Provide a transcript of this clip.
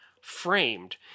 Framed